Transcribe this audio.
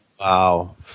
Wow